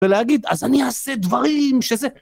ולהגיד, אז אני אעשה דברים שזה...